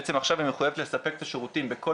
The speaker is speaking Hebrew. בעצם עכשיו היא מחויבת לספק את השירותים בכל